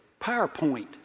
PowerPoint